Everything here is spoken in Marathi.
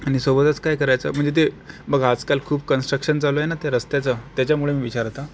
आणि सोबतच काय करायचं म्हणजे ते बघा आजकाल खूप कन्स्ट्रक्शन चालू आहे ना त्या रस्त्याचं त्याच्यामुळे मी विचारत आहे